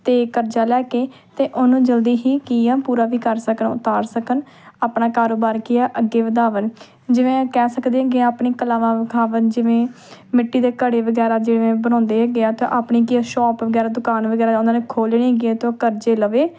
ਅਤੇ ਕਰਜ਼ਾ ਲੈ ਕੇ ਅਤੇ ਉਹਨੂੰ ਜਲਦੀ ਹੀ ਕੀ ਆ ਪੂਰਾ ਵੀ ਕਰ ਸਕਣ ਉਤਾਰ ਸਕਣ ਆਪਣਾ ਕਾਰੋਬਾਰ ਕੀ ਆ ਅੱਗੇ ਵਧਾਵਣ ਜਿਵੇਂ ਕਹਿ ਸਕਦੇ ਹੈਗੇ ਹਾਂ ਆਪਣੀ ਕਲਾਵਾਂ ਵਿਖਾਵਣ ਜਿਵੇਂ ਮਿੱਟੀ ਦੇ ਘੜੇ ਵਗੈਰਾ ਜਿਵੇਂ ਬਣਾਉਂਦੇ ਹੈਗੇ ਆ ਤਾਂ ਆਪਣੀ ਕੀ ਆ ਸ਼ੌਪ ਵਗੈਰਾ ਦੁਕਾਨ ਵਗੈਰਾ ਉਹਨਾਂ ਨੇ ਖੋਲ੍ਹ ਲੈਣੀ ਹੈਗੀ ਹੈ ਅਤੇ ਉਹ ਕਰਜ਼ੇ ਲਵੇ